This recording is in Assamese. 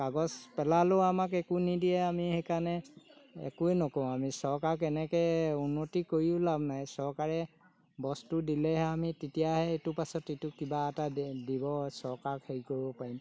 কাগজ পেলালেও আমাক একো নিদিয়ে আমি সেইকাৰণে একোৱেই নকওঁ আমি চৰকাৰক এনেকৈ উন্নতি কৰিও লাভ নাই চৰকাৰে বস্তু দিলেহে আমি তেতিয়াহে ইটোৰ পাছত ইটো কিবা এটা দিব চৰকাৰক হেৰি কৰিব পাৰিম